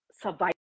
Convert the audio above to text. survive